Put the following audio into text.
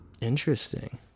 Interesting